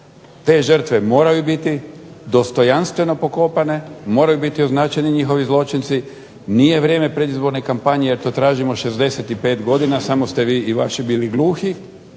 Te žrtve moraju biti dostojanstveno pokopane , moraju biti označeni njihovi zločinci, nije vrijeme predizborne kampanje jer to tražimo 65 godina samo ste vi i vaši bili gluhi.